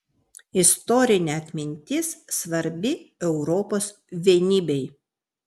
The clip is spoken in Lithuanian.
istorinė atmintis svarbi europos vienybei